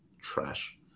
Trash